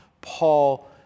Paul